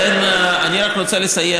לכן, אני רק רוצה לסיים.